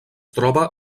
troba